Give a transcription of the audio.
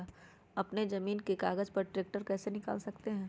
अपने जमीन के कागज पर ट्रैक्टर कैसे निकाल सकते है?